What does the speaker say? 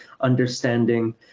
understanding